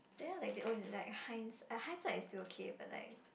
then like they always like Heinz ah Heinz it's still okay but like